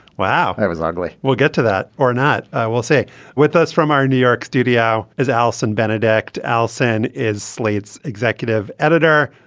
wow that was ugly we'll get to that or not. we'll. with us from our new york studio is allison benedikt. allison is slate's executive editor.